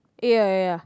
ya ya